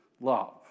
love